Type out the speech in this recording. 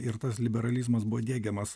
ir tas liberalizmas buvo diegiamas